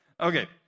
Okay